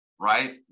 right